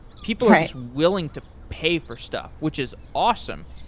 people are willing to pay for stuff, which is awesome.